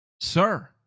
sir